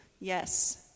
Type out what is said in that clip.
Yes